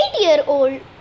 eight-year-old